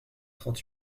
trente